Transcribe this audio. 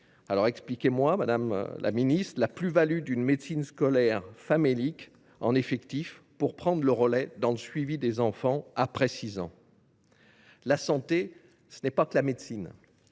6 ans. Expliquez moi, madame la ministre, quelle plus value apporte une médecine scolaire famélique en effectifs en prenant le relais dans le suivi des enfants après 6 ans ? La santé, ce n’est pas que la médecine.